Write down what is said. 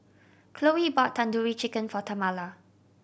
Khloe bought Tandoori Chicken for Tamala